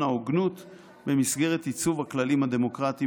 ההוגנות במסגרת עיצוב הכללים הדמוקרטיים,